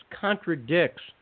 contradicts